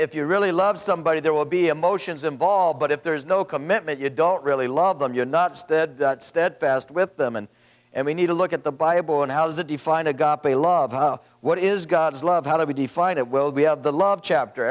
if you really love somebody there will be emotions involved but if there's no commitment you don't really love them you're not steadfast with them and and we need to look at the bible and how to define a got to love what is god's love how do we define it will be have the love chapter